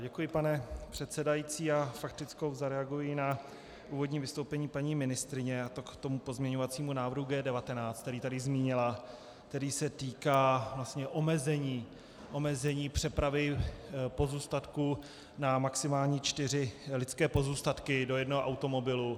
Děkuji, pane předsedající, faktickou poznámkou zareaguji na úvodní vystoupení paní ministryně, a to k tomu pozměňovacímu návrhu G19, který tady zmínila, který se týká vlastně omezení přepravy pozůstatků na maximální čtyři lidské pozůstatky do jednoho automobilu.